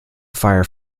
fire